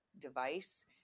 device